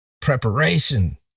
Preparation